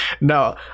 No